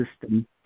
system